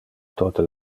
tote